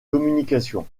communication